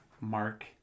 Mark